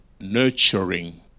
nurturing